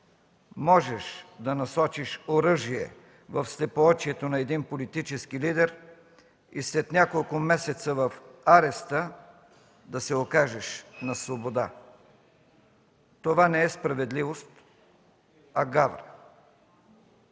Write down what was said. можеш да насочиш оръжие в слепоочието на един политически лидер и след няколко месеца в ареста да се окажеш на свобода. Това не е справедливост, а гавра.